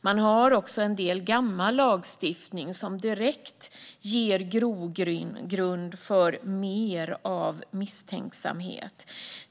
Man har också en del gammal lagstiftning som direkt ger grogrund för mer av misstänksamhet.